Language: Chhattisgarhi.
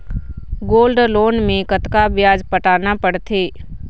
गोल्ड लोन मे कतका ब्याज पटाना पड़थे?